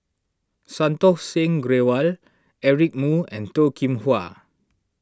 Santokh Singh Grewal Eric Moo and Toh Kim Hwa